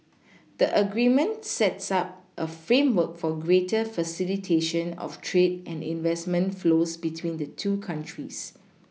the agreement sets up a framework for greater facilitation of trade and investment flows between the two countries